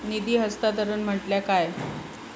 निधी हस्तांतरण म्हटल्या काय?